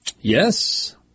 Yes